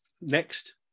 next